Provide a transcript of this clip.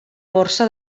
borsa